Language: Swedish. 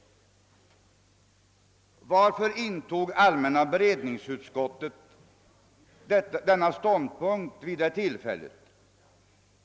Varför intog allmänna beredningsutskottet denna ståndpunkt vid det tillfället?